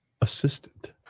assistant